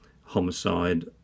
homicide